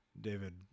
David